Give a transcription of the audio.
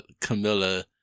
Camilla